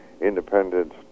Independence